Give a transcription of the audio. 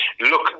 Look